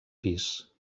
pis